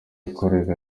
kurega